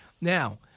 Now